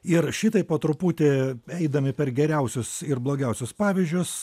ir šitaip po truputį eidami per geriausius ir blogiausius pavyzdžius